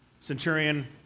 Centurion